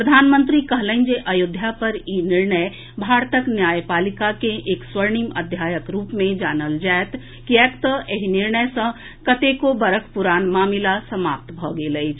प्रधानमंत्री कहलनि जे अयोध्या पर ई निर्णय भारतक न्यायपालिका केँ एक स्वर्णिम अध्यायक रूप मे जानल जायत किएकतऽ एहि निर्णय सॅ कतेको बरखक प्ररान मामिला समाप्त भऽ गेल अछि